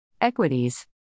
Equities